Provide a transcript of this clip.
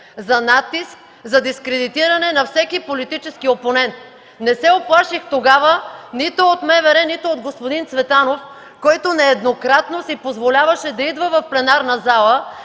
за натиск, за дискредитиране на всеки политически опонент. Не се уплаших тогава нито от МВР, нито от господин Цветанов, който нееднократно си позволяваше да идва в пленарната зала,